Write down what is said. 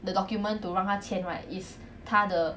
the document to 让他签 right is 他的